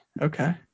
okay